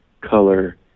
color